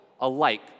alike